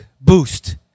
boost